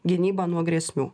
gynybą nuo grėsmių